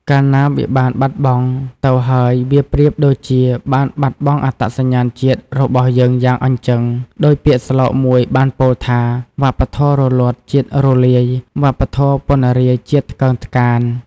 កាលណាវាបានបាត់បង៉ ទៅហើយវាប្រៀបដូចជាបានបាត់បងអត្តសញ្ញាណជាតិរបស់យើងយ៉ាងអញ្ជឹង ដូចពាក្យស្លោកមួយបានពោលថា « វប្បធម៌រលត់ជាតិរលាយ វប្បធម៌ពណ្ណរាយជាតិថ្កើនថ្កាន »។